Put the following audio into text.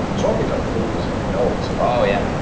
tropical fruit notes. oh, yeah. like